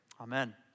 Amen